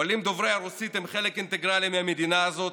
העולים דוברי הרוסית הם חלק אינטגרלי מהמדינה הזאת.